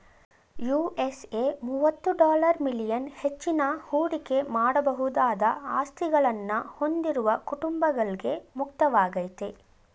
USA ಮುವತ್ತು dollar million ಹೆಚ್ಚಿನ ಹೂಡಿಕೆ ಮಾಡಬಹುದಾದ ಆಸ್ತಿಗಳನ್ನ ಹೊಂದಿರುವ ಕುಟುಂಬಗಳ್ಗೆ ಮುಕ್ತವಾಗೈತೆ